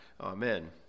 Amen